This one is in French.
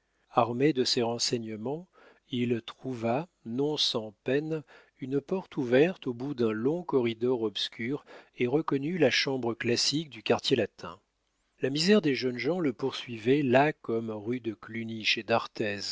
armé de ces renseignements il trouva non sans peine une porte ouverte au bout d'un long corridor obscur et reconnut la chambre classique du quartier latin la misère des jeunes gens le poursuivait là comme rue de